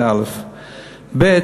זה א, ב.